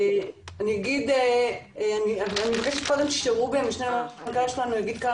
אני מבקשת שרובי זלוף המשנה למנכ"ל שלנו יגיד כמה